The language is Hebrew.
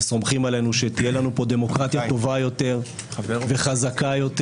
וסומכים עלינו שתהיה לנו פה דמוקרטיה טובה יותר וחזקה יותר